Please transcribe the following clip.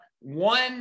one